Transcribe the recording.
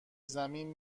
زمین